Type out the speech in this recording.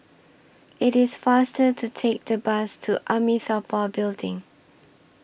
IT IS faster to Take The Bus to Amitabha Building